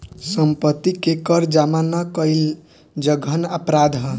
सम्पत्ति के कर जामा ना कईल जघन्य अपराध ह